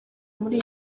muri